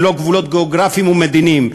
ללא גבולות גיאוגרפיים ומדיניים,